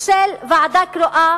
של ועדה קרואה